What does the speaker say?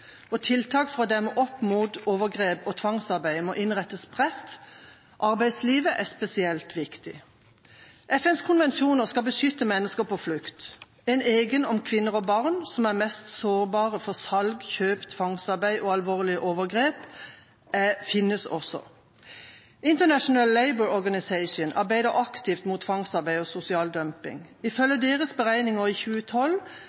overgrep. Tiltak for å demme opp mot overgrep og tvangsarbeid må innrettes bredt. Arbeidslivet er spesielt viktig. FNs konvensjoner skal beskytte mennesker på flukt. En egen om kvinner og barn, som er mest sårbare for salg, kjøp, tvangsarbeid og alvorlige overgrep, finnes også. International Labour Organization arbeider aktivt mot tvangsarbeid og sosial dumping. Ifølge deres beregninger i 2012